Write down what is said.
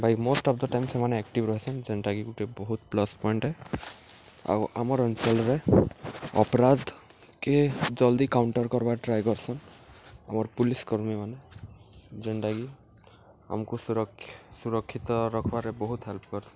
Bai most of the time ସେମାନେ active ରହସନ୍ ଯେନ୍ଟାକି ଗୁଟେ ବହୁତ ପ୍ଲସ୍ ପଏଣ୍ଟେ ଆଉ ଆମର୍ ଅଞ୍ଚଳରେ ଅପରାଧ୍କେ ଜଲ୍ଦି କାଉଣ୍ଟର କର୍ବାର ଟ୍ରାଏ କରସନ୍ ଆମର୍ ପୋଲିସ କର୍ମୀମାନେ ଯେନ୍ଟାକି ଆମକୁ ସୁରକ୍ଷା ସୁରକ୍ଷିତ ରଖ୍ବାରେ ବହୁତ ହେଲ୍ପ କରସନ୍